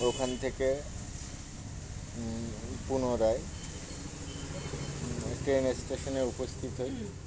ওখান থেকে পুনরায় ট্রেন স্টেশনে উপস্থিত হই